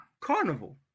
Carnival